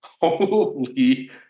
Holy